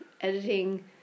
editing